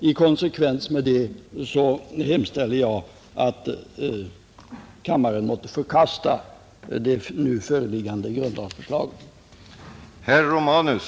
I konsekvens med det hemställer jag att kammaren måtte förkasta det nu föreliggande grundlagsändringsförslaget.